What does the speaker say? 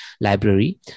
library